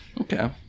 Okay